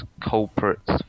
culprits